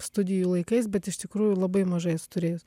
studijų laikais bet iš tikrųjų labai mažai esu turėjus